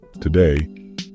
Today